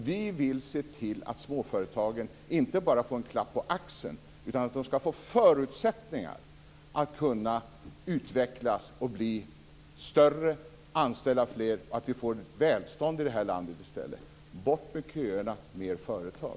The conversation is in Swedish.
Vi vill se till att småföretagen inte bara får en klapp på axeln, utan att de skall få förutsättningar att utvecklas, bli större och kunna anställa fler och att vi får välstånd i det här landet i stället. Bort med köerna! Fler företag!